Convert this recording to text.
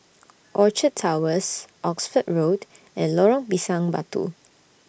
Orchard Towers Oxford Road and Lorong Pisang Batu